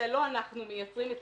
זה לא אנחנו מייצרים.